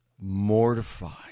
mortified